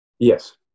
Yes